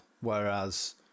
whereas